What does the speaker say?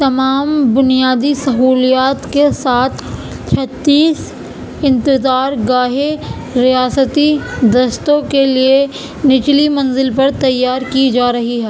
تمام بنیادی سہولیات کے ساتھ چھتیس انتظار گاہیں ریاستی دستوں کے لیے نچلی منزل پر تیار کی جا رہی ہیں